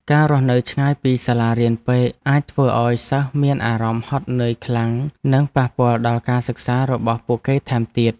ការរស់នៅឆ្ងាយពីសាលារៀនពេកអាចធ្វើឱ្យសិស្សមានអារម្មណ៍ហត់នឿយខ្លាំងនិងប៉ះពាល់ដល់ការសិក្សារបស់ពួកគេថែមទៀត។